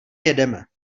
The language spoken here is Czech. jedeme